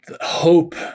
hope